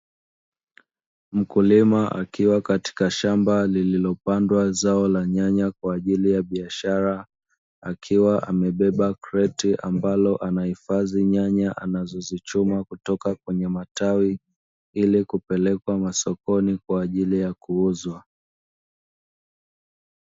Mkulima akiwa katika shamba lililopandwa zao la nyanya, kwa ajili ya biashara, akiwa amebeba kreti ambalo anahifadhi nyanya anazochuma, kutoka kwenye matawi, ili kupelekwa masokoni kwa ajili ya kuuzwa.